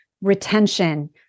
retention